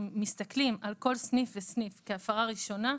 אם מסתכלים על כל סניף וסניף כהפרה ראשונה,